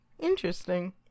Interesting